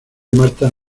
marta